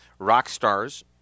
Rockstars